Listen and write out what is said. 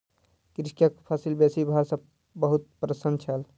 कृषक फसिल बेसी भार सॅ बहुत प्रसन्न छल